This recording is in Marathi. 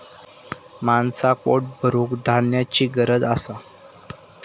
माणसाक पोट भरूक धान्याची गरज असा